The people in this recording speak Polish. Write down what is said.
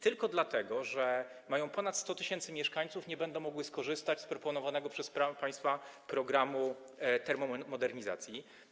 Tylko dlatego, że mają one ponad 100 tys. mieszkańców, nie będą mogły skorzystać z proponowanego przez państwa programu termomodernizacji.